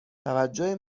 توجه